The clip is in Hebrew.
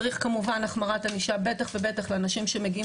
צריך כמובן החמרת ענישה בטח ובטח לאנשים שמגיעים